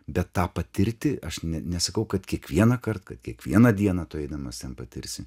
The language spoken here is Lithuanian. bet tą patirti aš nesakau kad kiekvienąkart kad kiekvieną dieną tu eidamas ten patirsi